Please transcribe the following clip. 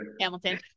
Hamilton